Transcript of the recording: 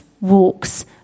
walks